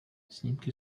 snímky